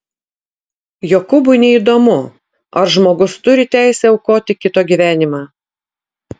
jokūbui neįdomu ar žmogus turi teisę aukoti kito gyvenimą